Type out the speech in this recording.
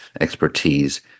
expertise